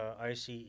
ICE